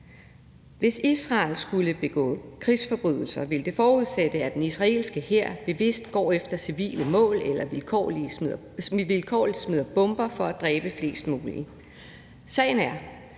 Hvis Israel skulle begå krigsforbrydelser, ville det forudsætte, at den israelske hær bevidst går efter civile mål eller vilkårligt smider bomber for at dræbe flest mulige. Sagen er,